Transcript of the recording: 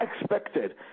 expected